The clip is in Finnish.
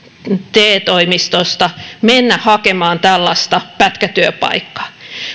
te toimistosta laittaa velvoite mennä hakemaan tällaista pätkätyöpaikkaa